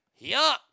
Yuck